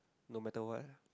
no matter what